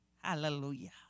Hallelujah